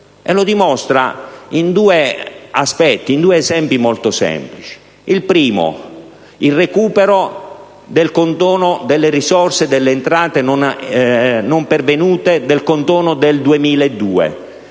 E lo dimostra in due esempi molto semplici: il primo, il recupero delle risorse delle entrate non pervenute del condono del 2002.